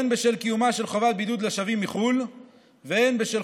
הן בשל קיומה של חובת בידוד לשבים מחו"ל והן בשל